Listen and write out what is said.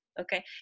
Okay